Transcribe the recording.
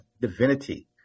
divinity